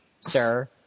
sir